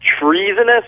treasonous